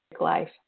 life